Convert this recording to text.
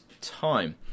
time